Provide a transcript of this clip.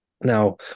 Now